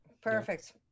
Perfect